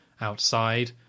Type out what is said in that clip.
outside